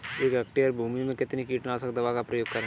एक हेक्टेयर भूमि में कितनी कीटनाशक दवा का प्रयोग करें?